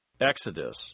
Exodus